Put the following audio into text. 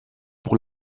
pour